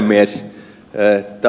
arvoisa puhemies